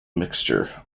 mixture